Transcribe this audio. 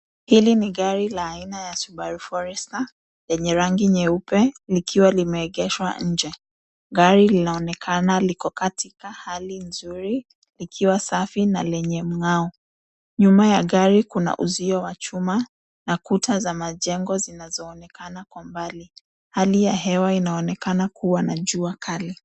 Hili ni gari la aina ya Subaru Forester, lenye rangi nyeupe likiwa limeegeshwa nje. Gari linaonekena liko katika hali nzuri, likiwa safi na lenye mng'ao. Nyuma ya gari kuna uzio wa chuma, na kuta za majengo zinazoonekana kwa mbali. Hali ya hewa inaonekana kuwa na jua kali.